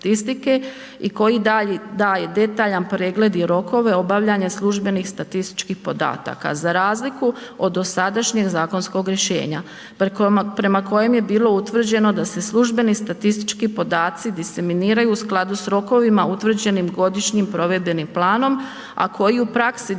i koji daje detaljan pregled i rokove obavljanja službenih statističkih podataka, za razliku od dosadašnjem zakonskog rješenja prema kojem je bilo utvrđeno da se službeni statistički podaci diseminiraju u skladu s rokovima utvrđenim godišnjim provedbenim planom, a koji u praksi daje